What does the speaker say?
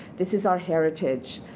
this is our heritage.